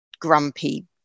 grumpy